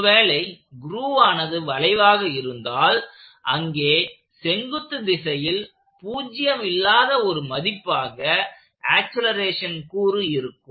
ஒருவேளை க்ரூவானது வளைவாக இருந்தால் அங்கே செங்குத்து திசையில் பூஜ்ஜியம் இல்லாத ஒரு மதிப்பாக ஆக்சலேரேஷன் கூறு இருக்கும்